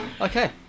Okay